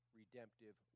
redemptive